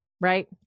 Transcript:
right